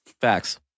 Facts